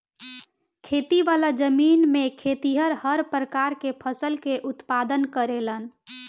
खेती वाला जमीन में खेतिहर हर प्रकार के फसल के उत्पादन करेलन